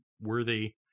worthy